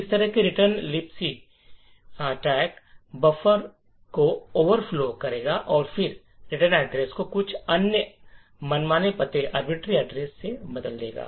इसी तरह से return to libc attack buffer को ओवरफ्लो करेगा और फिर रिटर्न एड्रेस को कुछ अन्य मनमाने पते से बदल देगा